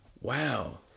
wow